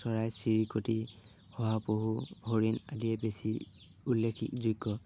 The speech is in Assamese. চৰাই চিৰিকটি শহাপহু হৰিণ আদিয়ে বেছি উল্লেখযোগ্য